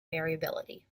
variability